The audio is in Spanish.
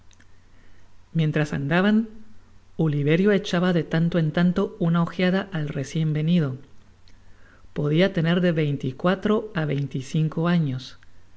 mientras andaban oliverio echaba de tanto en tanto una ojeada al recien venido podia tener de veinte y cuatro á veinte y cinco años